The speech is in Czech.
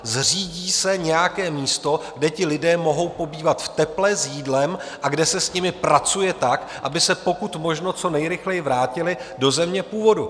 Zřídí se nějaké místo, kde ti lidé mohou pobývat v teple, s jídlem a kde se s nimi pracuje tak, aby se pokud možno co nejrychleji vrátili do země původu.